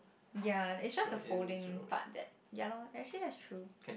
ya it's just the folding part that ya loh and I think that is true